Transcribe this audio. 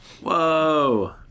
Whoa